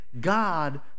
God